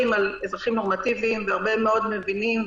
על אזרחים נורמטיביים והרבה מאוד מבינים,